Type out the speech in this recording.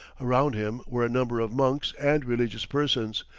around him were a number of monks and religious persons,